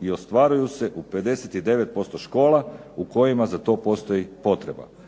i ostvaruju se u 59% škola u kojima za to postoji potreba.